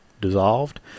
dissolved